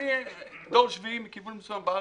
אני דור שביעי מכיוון מסוים בארץ,